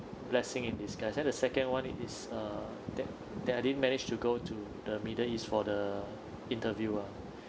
blessing in disguise then the second [one] is uh that that I didn't manage to go to the middle east for the interview ah